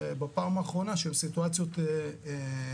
כמו בפעם האחרונה שהן סיטואציות מורכבות.